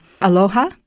aloha